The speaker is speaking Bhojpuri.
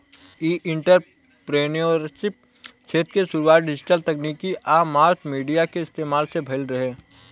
इ एंटरप्रेन्योरशिप क्षेत्र के शुरुआत डिजिटल तकनीक आ मास मीडिया के इस्तमाल से भईल रहे